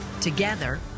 Together